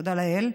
תודה לאל.